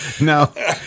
No